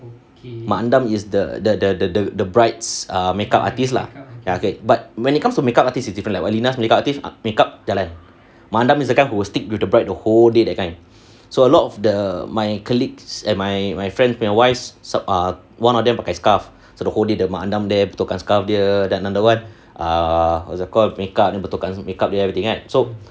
mak andam is the the the the bride's err makeup artist lah ya okay but when it comes to makeup artist is different leh like lina makeup artist makeup jalan mak andam is the kind who will stick with the bride the whole day that kind so a lot of the my colleagues at my my friend my wife err one of them pakai scarf so the whole day the mak andam there betulkan scarf dia then the other one err what's that called makeup then everything betulkan makeup dia everything kan so